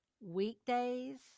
weekdays